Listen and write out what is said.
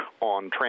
on